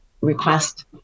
request